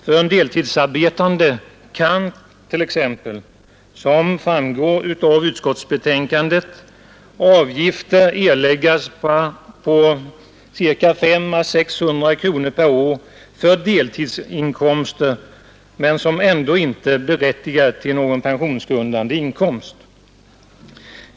För en deltidsarbetande kan t.ex. — såsom framgår av utskottsbetänkandet — avgifter erläggas på ca 500 å 600 kronor per år för deltidsinkomster som ändå inte berättigar till någon pensionsgrundande inkomst.